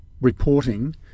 reporting